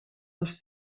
les